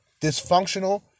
dysfunctional